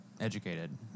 educated